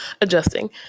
adjusting